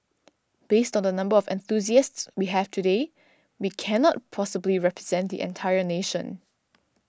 based on the number of enthusiasts we have today we cannot possibly represent the entire nation